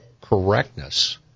correctness